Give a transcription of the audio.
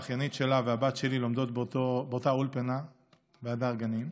האחיינית שלה והבת שלי לומדות באותה האולפנה בהדר גנים,